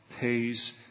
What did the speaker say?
pays